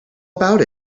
about